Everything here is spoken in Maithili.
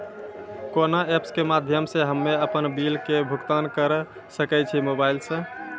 कोना ऐप्स के माध्यम से हम्मे अपन बिल के भुगतान करऽ सके छी मोबाइल से?